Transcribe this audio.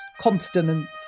consonants